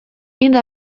این